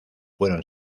fueron